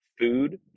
food